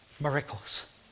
miracles